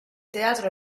teatro